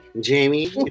Jamie